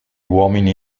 uomini